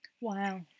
Wow